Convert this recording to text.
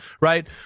right